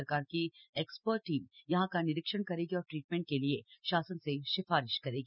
सरकार की expert team यहां का निरीक्षण करेगी और ट्रीटमेंट के लिए शासन से सिफारिश करेगी